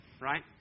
right